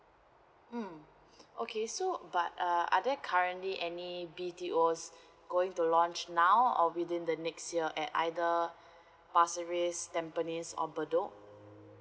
mm okay so but uh are there currently anyB_T_Os going to launch now or within the next year at either pasir ris tampines or bedok